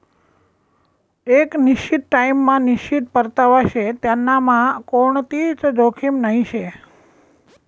एक निश्चित टाइम मा निश्चित परतावा शे त्यांनामा कोणतीच जोखीम नही शे